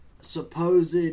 supposed